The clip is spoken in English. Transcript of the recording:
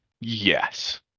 yes